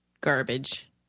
garbage